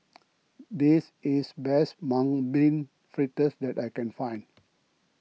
this is the best Mung Bean Fritters that I can find